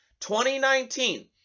2019